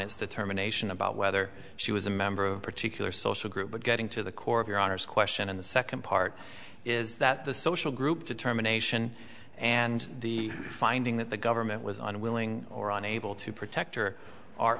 its determination about whether she was a member of a particular social group but getting to the core of your honor's question in the second part is that the social group determination and the finding that the government was unwilling or unable to protect or are